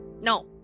No